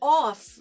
off